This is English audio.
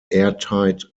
airtight